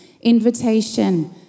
invitation